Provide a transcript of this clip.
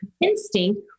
instinct